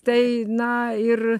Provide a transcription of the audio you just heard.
tai na ir